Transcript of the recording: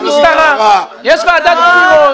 יש משטרה, יש ועדת בחירות,